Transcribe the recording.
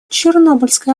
чернобыльская